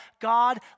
God